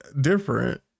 different